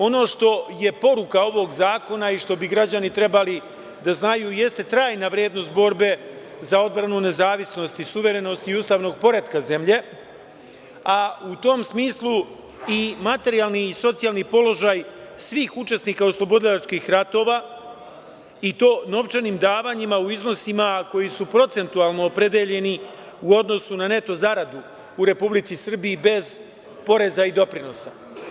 Ono što je poruka ovog zakona i što bi građani trebali da znaju jeste trajna vrednost borbe za odbranu, nezavisnost i suverenost ustavnog poretka zemlje, a u tom smislu i materijalni i socijalni položaj svih učesnika oslobodilačkih ratova, i to novčanim davanjima u iznosima koji su procentualno opredeljeni u odnosu na neto zaradu u Republici Srbiji bez poreza i doprinosa.